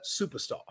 superstar